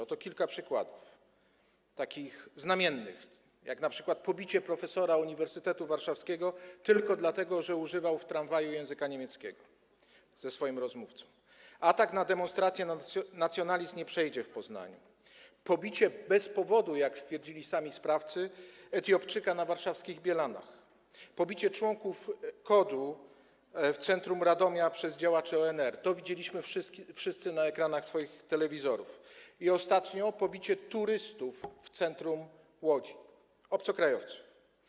Oto kilka przykładów, takich znamiennych, jak np. pobicie profesora Uniwersytetu Warszawskiego tylko dlatego, że używał w tramwaju języka niemieckiego ze swoim rozmówcą, atak na demonstrację „Nacjonalizm nie przejdzie” w Poznaniu, pobicie bez powodu, jak stwierdzili sami sprawcy, Etiopczyka na warszawskich Bielanach, pobicie członków KOD w centrum Radomia przez działaczy ONR - wszyscy to widzieliśmy na ekranach swoich telewizorów - i ostatnio pobicie turystów w centrum Łodzi, obcokrajowców.